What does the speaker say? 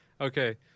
Okay